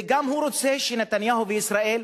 והוא גם רוצה שנתניהו וישראל,